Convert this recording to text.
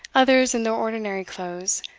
others in their ordinary clothes,